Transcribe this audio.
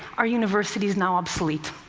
are universities now obsolete?